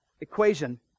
equation